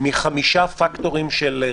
מ-5 פקטורים של רווח.